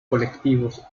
colectivos